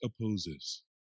opposes